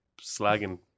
slagging